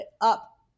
up